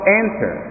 enter